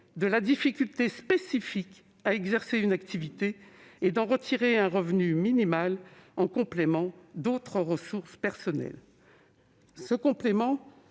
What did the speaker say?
de la difficulté spécifique à exercer une activité et d'en retirer un revenu minimal en complément d'autres ressources personnelles. Ce complément,